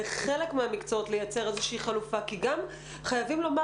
בחלק מהמקצועות לייצר איזושהי חלופה כי חייבים לומר